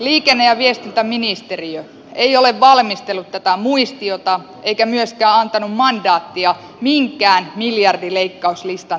liikenne ja viestintäministeriö ei ole valmistellut tätä muistiota eikä myöskään antanut mandaattia minkään miljardileikkauslistan tekemiselle